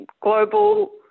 global